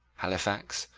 halifax,